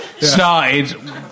started